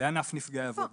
נפגעי עבודה,